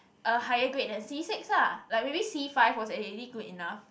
a higher grade than C six lah like maybe C five was already good enough